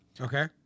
Okay